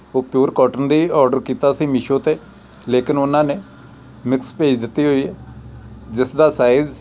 ਉਹ pure cotton ਦੇ order ਕੀਤਾ ਸੀ ਮਿਸ਼ੋ 'ਤੇ ਲੇਕਿਨ ਉਹਨਾਂ ਨੇ ਮਿਕਸ ਭੇਜ ਦਿੱਤੀ ਹੋਈ ਜਿਸ ਦਾ ਸਾਈਜ਼